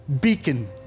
beacon